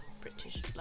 British